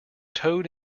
toad